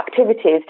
activities